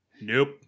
Nope